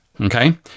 okay